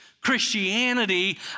Christianity